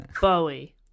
Bowie